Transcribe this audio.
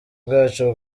bwacu